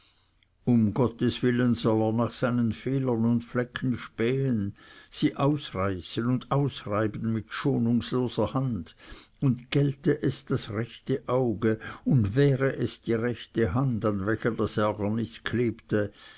um gottes willen soll er nach seinen fehlern und flecken spähen sie ausreißen und ausreiben mit schonungsloser hand und gälte es das rechte auge und wäre es die rechte hand an welcher das ärgernis klebte